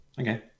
Okay